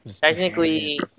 Technically